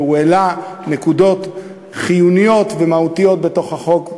והוא העלה נקודות חיוניות ומהותיות בחוק.